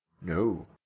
No